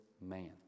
man